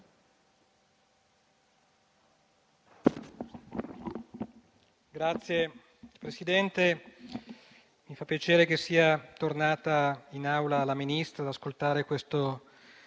Signora Presidente, mi fa piacere che sia tornata in Aula la Ministra ad ascoltare questo